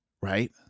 right